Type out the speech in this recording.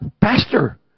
Pastor